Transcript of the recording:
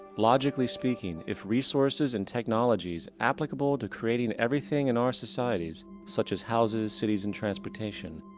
logically speaking, if resources and technologies, applicable to creating everything in our societies such as houses, cities and transportation,